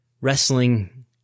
wrestling